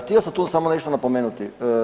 Htio sam tu samo nešto napomenuti.